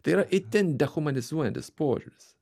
tai yra itin dehumanizuotis požiūris